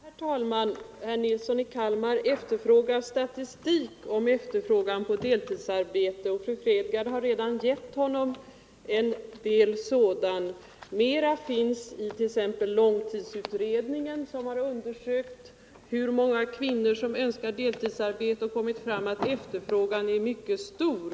Herr talman! Herr Nilsson i Kalmar efterlyste statistik över efterfrågan på deltidsarbete, och fru Fredgardh har redan anfört en del siffror. Mera statistik finns att hämta i långtidsutredningens betänkande. I den utredningen har man undersökt hur många kvinnor som önskar deltidsarbete och kommit fram till att efterfrågan är mycket stor.